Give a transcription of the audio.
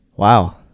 Wow